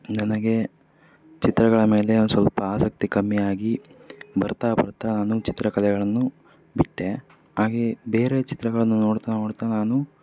ನನಗೆ ಚಿತ್ರಗಳ ಮೇಲೆ ಸ್ವಲ್ಪ ಆಸಕ್ತಿ ಕಮ್ಮಿಯಾಗಿ ಬರ್ತಾ ಬರ್ತಾ ನಾನು ಚಿತ್ರಕಲೆಗಳನ್ನು ಬಿಟ್ಟೆ ಹಾಗೆಯೇ ಬೇರೆ ಚಿತ್ರಗಳನ್ನು ನೋಡ್ತಾ ನೋಡ್ತಾ ನಾನು